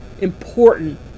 important